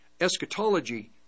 eschatology